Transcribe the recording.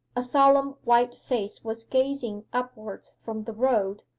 a solemn white face was gazing upwards from the road,